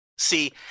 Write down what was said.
See